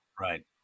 Right